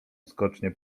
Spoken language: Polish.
skocznie